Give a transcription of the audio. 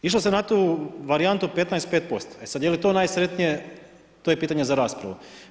Išlo se na tu varijantu 15-5%, e sada jeli to najsretnije to je pitanje za raspravu.